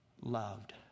loved